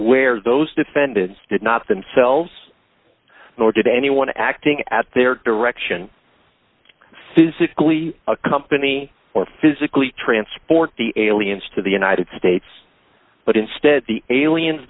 where those defendants did not themselves nor did any one acting at their direction physically accompany or physically transport the aliens to the united states but instead the aliens